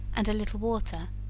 and a little water,